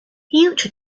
huge